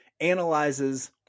analyzes